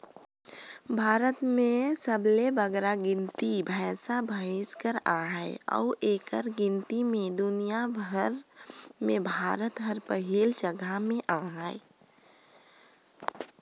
भारत में सबले बगरा गिनती भंइसा भंइस कर अहे अउ एकर गिनती में दुनियां भेर में भारत हर पहिल जगहा में अहे